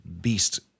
beast